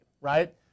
right